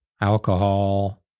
alcohol